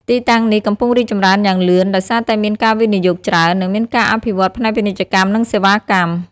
ទីតាំងនេះកំពុងរីកចម្រើនយ៉ាងលឿនដោយសារតែមានការវិនិយោគច្រើន និងមានការអភិវឌ្ឍផ្នែកពាណិជ្ជកម្ម និងសេវាកម្ម។